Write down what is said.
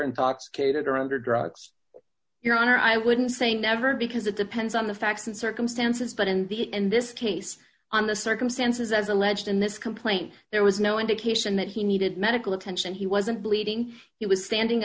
intoxicated or under drugs your honor i wouldn't say never because it depends on the facts and circumstances but in the end this case on the circumstances as alleged in this complaint there was no indication that he needed medical attention he wasn't bleeding he was standing